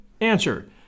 answer